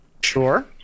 Sure